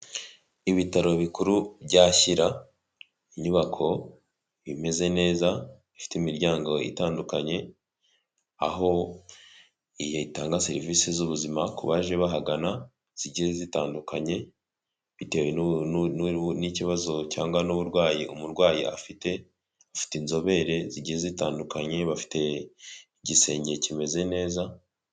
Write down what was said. Ibitaro bikuru bya Shyira, inyubako imeze neza ifite imiryango itandukanye, aho itanga serivisi z'ubuzima ku baje bahagana, zigiye zitandukanye bitewe n'ikibazo cyangwa n'uburwayi umurwayi afite, bafite inzobere zigiye zitandukanye, bafite igisenge kimeze neza.